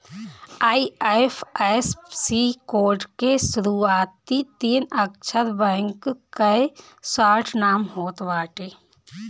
IFSC code के शुरूआती तीन अक्षर बैंक कअ शार्ट नाम होत बाटे